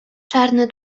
czarne